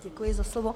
Děkuji za slovo.